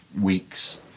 weeks